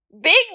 Big